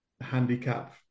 handicap